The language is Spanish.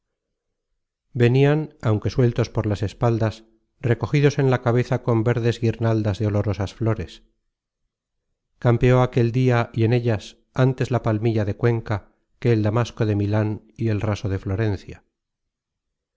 venian aunque sueltos por las espaldas recogidos en la cabeza con verdes guirnaldas de olorosas flores campeó aquel dia y en ellas ántes la palmilla de cuenca que el damasco de milan content from google book search generated at y el raso de florencia